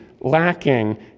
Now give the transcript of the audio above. lacking